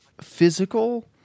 physical